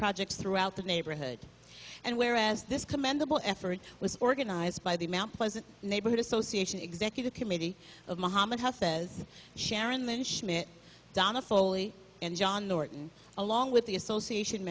projects throughout the neighborhood and whereas this commendable effort was organized by the mount pleasant neighborhood association executive committee of muhammad house says sharon then schmidt donna foley and john norton along with the association